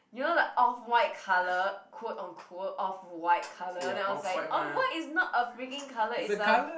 you know the off-white colour quote unquote off-white colour and I was like off white is not a freaking colour it's a